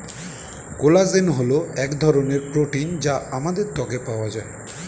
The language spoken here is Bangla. কোলাজেন হল এক ধরনের প্রোটিন যা আমাদের ত্বকে পাওয়া যায়